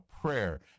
prayer